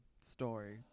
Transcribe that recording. story